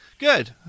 Good